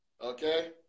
okay